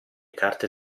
carte